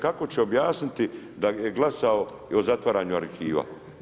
Kako će objasniti da je glasao o zatvaranju arhiva?